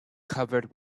covered